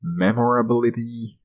memorability